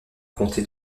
comté